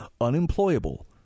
unemployable